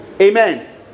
Amen